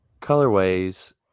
colorways